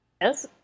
Yes